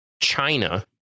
china